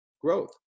growth